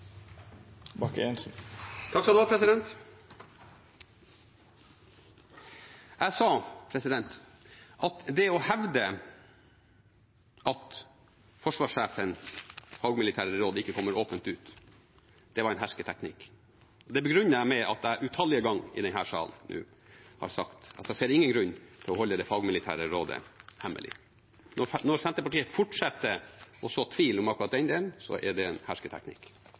Jeg sa at det å hevde at forsvarssjefens fagmilitære råd ikke kommer åpent ut, var en hersketeknikk. Det begrunner jeg med at jeg utallige ganger i denne salen har sagt at jeg ser ingen grunn til å holde det fagmilitære rådet hemmelig. Når Senterpartiet fortsetter å så tvil om akkurat den delen, så er det en hersketeknikk.